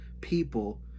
people